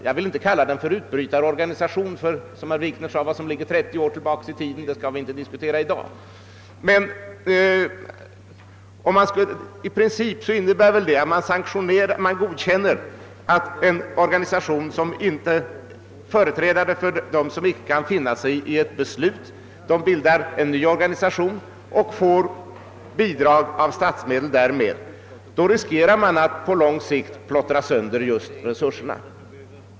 Jag vill inte kalla det en utbrytarorganisation, ty, som herr Wikner sade, det som ligger 30 år tillbaka i tiden skall vi inte diskutera i dag, men om man godkänner att företrädare för dem, som inte kan finna sig i ett beslut, bildar en ny organisation och får bidrag av statsmedel för denna, riskerar man på lång sikt att plottra sönder resurserna.